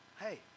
hey